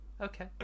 okay